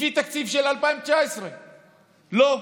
לפי תקציב של 2019. לא,